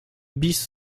bis